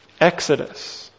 exodus